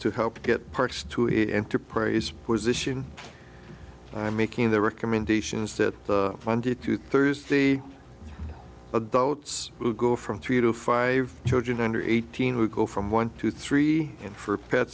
to help get parks to enterprise position i'm making the recommendations that funded through thursday adults who go from three to five children under eighteen who go from one to three and for pet